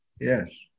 Yes